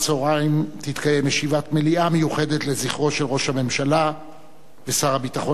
תתקיים ישיבת מליאה מיוחדת לזכרו של ראש הממשלה ושר הביטחון יצחק רבין,